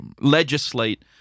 legislate